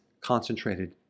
concentrated